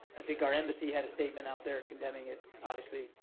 i think our embassy had a statement out there condemning it obviously,